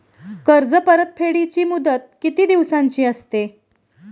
कर्ज परतफेडीची मुदत किती दिवसांची असते?